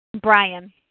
Brian